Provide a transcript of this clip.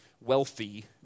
wealthy